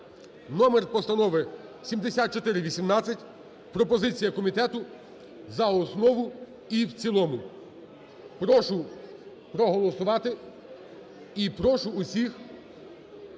номер постанови 7418. Пропозиція комітету: за основу і в цілому. Прошу проголосувати і прошу всіх